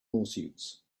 lawsuits